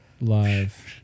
live